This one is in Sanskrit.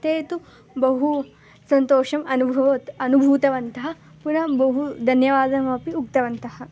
ते तु बहु सन्तोषम् अनुभवन् अनुभूतवन्तः पुन बहु धन्यवादमपि उक्तवन्तः